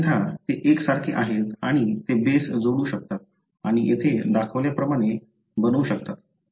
अन्यथा ते एकसारखे आहेत आणि ते बेस जोडू शकतात आणि येथे दाखवल्याप्रमाणे बनू शकतात